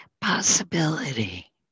possibility